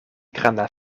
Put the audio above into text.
granda